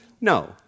No